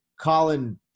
Colin